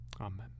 Amen